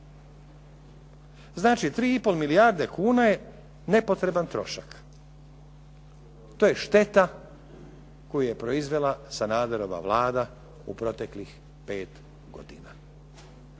Znači, 3,5 milijarde kuna je nepotreban trošak. To je šteta koju je proizvela Sanaderova Vlada u proteklih pet godina.